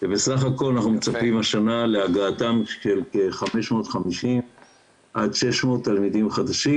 בסך הכול אנחנו מצפים השנה להגעתם של כ-550 עד 600 תלמידים חדשים.